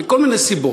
מכל מיני סיבות.